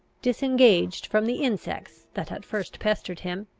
disengaged from the insects that at first pestered him,